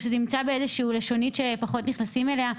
או שזה נמצא באיזושהי לשונית שפחות נכנסים אליה.